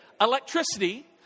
electricity